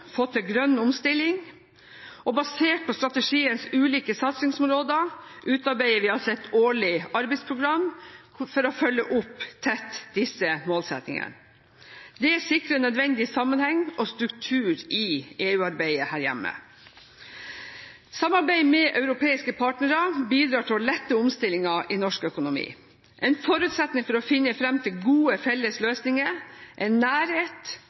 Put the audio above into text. få til grønn omstilling. Basert på strategiens ulike satsingsområder utarbeider vi altså et årlig arbeidsprogram for å følge opp tett disse målsettingene. Det sikrer nødvendig sammenheng og struktur i EU-arbeidet her hjemme. Samarbeid med europeiske partnere bidrar til å lette omstillingen i norsk økonomi. En forutsetning for å finne fram til gode felles løsninger er nærhet,